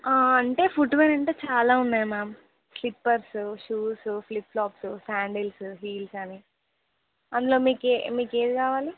అంటే ఫుట్వేర్ అంటే చాలా ఉన్నాయి ma'am slippers shoes flip flops sandals heels అని అందులో మీకు ఏ మీకేది కావాలి